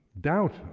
doubt